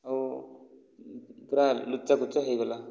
ଆଉ ପୁରା ଲୋଚାକୋଚା ହୋଇଗଲା